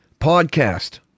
podcast